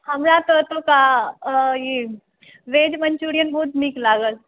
हमरा तऽ ओतुका ई वेज मन्चूरियन बहुत नीक लागल